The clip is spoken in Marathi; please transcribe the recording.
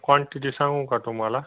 क्वांटिटी सांगू का तुम्हाला